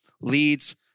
leads